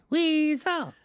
Weasel